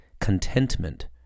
contentment